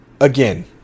again